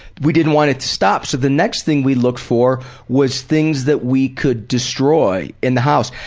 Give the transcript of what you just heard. we didn't want it to stop, so the next thing we looked for was things that we could destroy in the house.